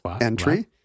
entry